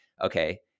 okay